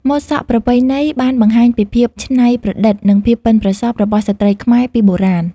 ម៉ូតសក់ប្រពៃណីបានបង្ហាញពីភាពច្នៃប្រឌិត និងភាពប៉ិនប្រសប់របស់ស្ត្រីខ្មែរពីបុរាណ។